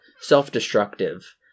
self-destructive